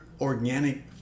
organic